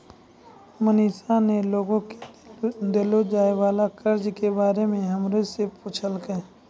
मनीषा ने लोग के देलो जाय वला कर्जा के बारे मे हमरा से पुछलकै